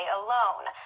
alone